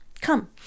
Come